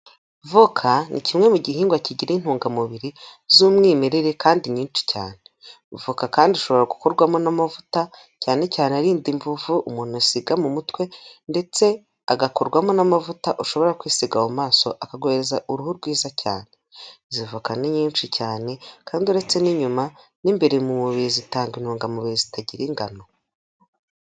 Voka ni kimwe mu gihingwa kigira intungamubiri z'umwimerere kandi nyinshi cyane, voka kandi ishobora gukorwamo n'amavuta, cyane cyane arinda imvuvu umuntu asiga mu mutwe ndetse agakorwamo n'amavuta ushobora kwisiga mu maso akaguheza uruhu rwiza cyane, izo voka ni nyinshi cyane kandi uretse n'inyuma n'imbere mu mubiri zitanga intungamubiri zitagira ingano.